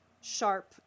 sharp